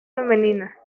femenina